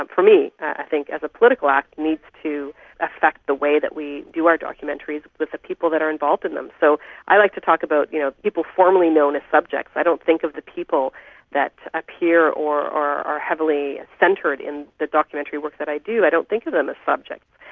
um for me, i think as a political act, needs to affect the way that we do our documentaries with the people that are involved in them. so i like to talk about you know people formerly known as subjects. i don't think of the people that appear or or are heavily centred in the documentary work that i do, i don't think of them as subjects,